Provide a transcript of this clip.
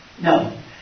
No